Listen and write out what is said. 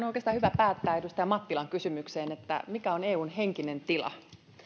oikeastaan hyvä päättää edustaja mattilan kysymykseen siitä mikä on eun henkinen tila